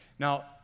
Now